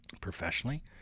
professionally